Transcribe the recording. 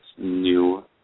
new